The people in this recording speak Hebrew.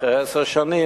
אחרי עשר שנים,